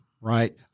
Right